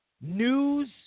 news